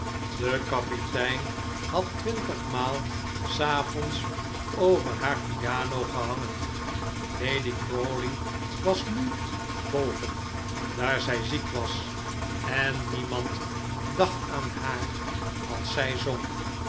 de kapitein had twintigmaal s avonds over haar piano gehangen lady crawley was nu boven daar zij ziek was en niemand dacht aan haar als zij zong